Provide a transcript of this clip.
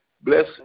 Bless